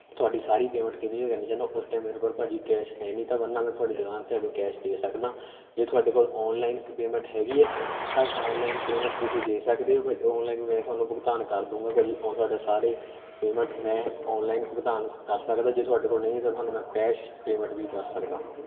ਤੁਹਾਡੀ ਸਾਰੀ payment clear ਕਰਨੀ ਚਾਹੁੰਦਾ ਉਸ ਟੈਮ ਮੇਰੇ ਕੋਲ ਭਾਅ ਜੀ ਕੈਸ਼ ਹੈ ਨਹੀਂ ਤਾ ਵਰਨਾ ਮੈਂ ਤੁਹਾਡੀ ਦੁਕਾਨ 'ਤੇ ਆ ਕੈਸ਼ ਦੇ ਸਕਦਾ ਜੇ ਤੁਹਾਡੇ ਕੋਲ ਔਨਲਾਈਨ ਪੇਮੈਂਟ ਹੈਗੀ ਹੈ ਤਾਂ ਔਨਲਾਈਨ ਪੇਮੈਂਟ ਤੁਸੀਂ ਦੇ ਸਕਦੇ ਹੋ ਭਾ ਔਨਲਾਈਨ ਤੁਹਾਨੂੰ ਭੁਗਤਾਨ ਕਰ ਦੂੰਗਾ ਭਾਅ ਜੀ ਉਹ ਤੁਹਾਡਾ ਸਾਰੇ ਪੇਮੈਂਟ ਮੈਂ ਔਨਲਾਈਨ ਭੁਗਤਾਨ ਕਰ ਸਕਦਾ ਜੇ ਤੁਹਾਡੇ ਕੋਲ ਨਹੀਂ ਤੁਹਾਨੂੰ ਮੈਂ ਕੈਸ਼ ਪੇਮੈਂਟ ਵੀ ਕਰ ਸਕਦਾ ਹਾਂ